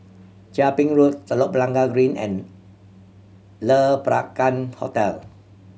Chia Ping Road Telok Blangah Green and Le Peranakan Hotel